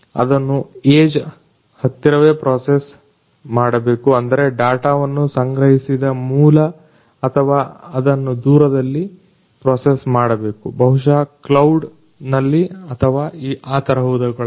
ಅದನ್ನ ಏಜ್ ಹತ್ತಿರವೇ ಪ್ರೊಸೆಸ್ ಮಾಡಬೇಕು ಅಂದರೆ ಡಾಟವನ್ನ ಸಂಗ್ರಹಿಸುವ ಮೂಲ ಅಥವಾ ಅದನ್ನ ದೂರದಲ್ಲಿ ಪ್ರೊಸೆಸ್ ಮಾಡಬೇಕು ಬಹುಶಃ ಕ್ಲೌಡ್ನಲ್ಲಿ ಅಥವಾ ಆ ತರಹದವುಗಳಲ್ಲಿ